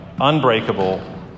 unbreakable